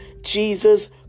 Jesus